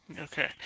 Okay